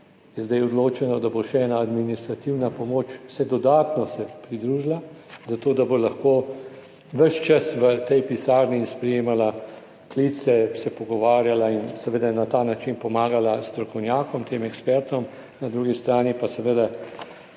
zdaj odločeno, da bo še ena administrativna pomoč dodatno se pridružila, zato da bo lahko ves čas v tej pisarni in sprejemala klice, se pogovarjala in seveda na ta način pomagala strokovnjakom, tem ekspertom, na drugi strani pa seveda